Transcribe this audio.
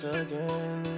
again